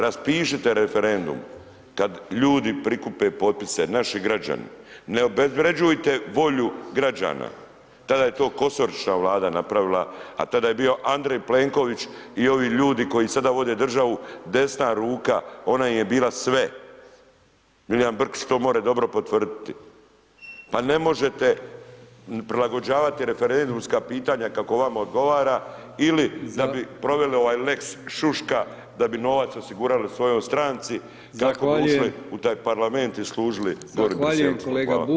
Raspišite referendum kad ljudi prikupe potpise, naši građani, ne obezvređujte volju građana, tada je to Kosoričina Vlada napravila, a tada je bio Andrej Plenković i ovi ljudi koji sada vode državu, desna ruka, ona im je bila sve, Milijan Brkić to more dobro potvrditi, pa ne možete prilagođavati referendumska pitanja kako vama odgovara ili da bi proveli ovaj lex šuška da bi novac osigurali svojoj stranci [[Upadica: Zahvaljujem]] kako bi ušli u taj parlament i služili gori…